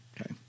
okay